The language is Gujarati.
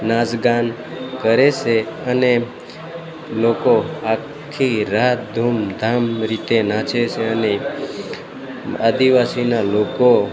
નાચગાન કરે છે અને લોકો આખી રાત ધૂમધામ રીતે નાચે છે અને આદિવાસીના લોકો